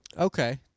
Okay